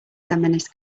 feminist